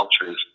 cultures